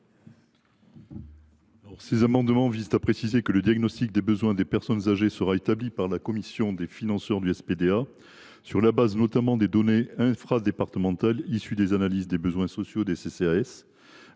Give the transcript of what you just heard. Ces amendements visent à préciser que le diagnostic des besoins des personnes âgées sera établi par la commission des financeurs du SPDA sur la base, notamment, des données infradépartementales issues des analyses des besoins sociaux produites